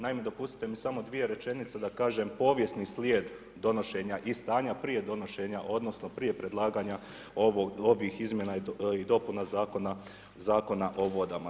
Naime, dopustite mi samo 2 rečenice, da kažem, povijesni slijed donošenja i stanja prije donošenja, odnosno, prije predlaganja ovih izmjena i dopuna zakona, Zakona o vodama.